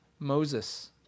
Moses